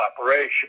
operation